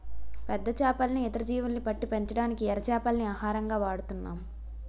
పెద్ద చేపల్ని, ఇతర జీవుల్ని పట్టి పెంచడానికి ఎర చేపల్ని ఆహారంగా వాడుతున్నాం